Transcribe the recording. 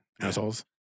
assholes